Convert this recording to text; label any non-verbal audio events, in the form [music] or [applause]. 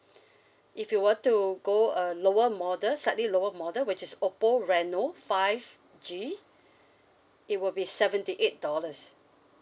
[breath] if you were to go a lower model slightly lower model which is oppo reno five G it will be seventy eight dollars